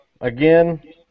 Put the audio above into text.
Again